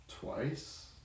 twice